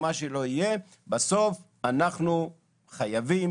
בסוף אנחנו חייבים,